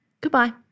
Goodbye